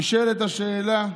נשאלת השאלה: